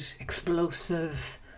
explosive